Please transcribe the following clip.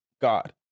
God